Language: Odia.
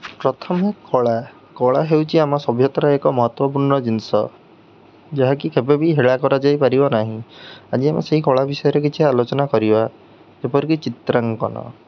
ପ୍ରଥମେ କଳା କଳା ହେଉଛି ଆମ ସଭ୍ୟତାର ଏକ ମହତ୍ଵପୂର୍ଣ୍ଣ ଜିନିଷ ଯାହାକି କେବେ ବି ହେଳା କରାଯାଇପାରିବ ନାହିଁ ଆଜି ଆମେ ସେହି କଳା ବିଷୟରେ କିଛି ଆଲୋଚନା କରିବା ଯେପରିକି ଚିତ୍ରାଙ୍କନ